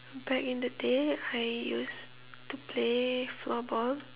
back in the day I used to play floorball